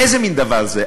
איזה מין דבר זה?